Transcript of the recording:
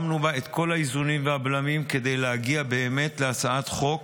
שמנו בה את כל האיזונים והבלמים כדי להגיע באמת להצעת חוק